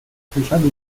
speciali